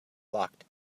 blocked